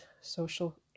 social